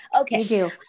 Okay